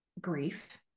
grief